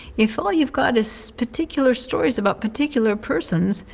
if all you've got is particular stories about particular persons,